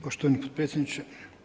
Poštovani potpredsjedniče.